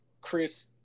Chris